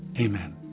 Amen